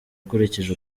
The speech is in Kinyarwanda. akurikije